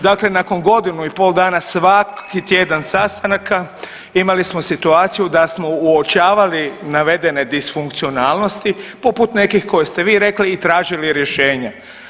Dakle, nakon godinu i pol dana svaki tjedan sastanaka imali smo situaciju da smo uočavali navedene disfunkcionalnosti poput nekih koje ste vi rekli i tražili rješenje.